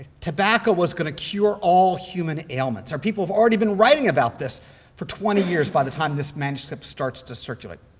tobacco was going to cure all human ailments, and people have already been writing about this for twenty years by the time this manuscript starts to circulate.